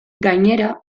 gainera